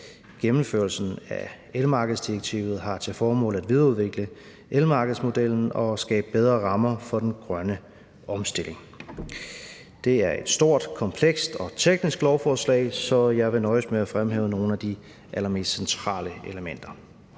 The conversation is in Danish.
Gennemførelsen af elmarkedsdirektivet har til formål at videreudvikle elmarkedsmodellen og skabe bedre rammer for den grønne omstilling. Det er et stort, komplekst og teknisk lovforslag, så jeg vil nøjes med at fremhæve nogle af de allermest centrale elementer.